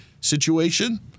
situation